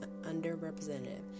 underrepresented